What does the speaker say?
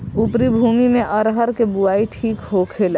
उपरी भूमी में अरहर के बुआई ठीक होखेला?